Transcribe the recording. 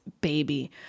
baby